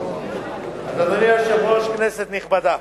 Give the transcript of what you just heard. אדוני היושב-ראש, כנסת נכבדה,